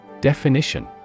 Definition